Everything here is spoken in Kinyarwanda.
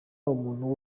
umuntu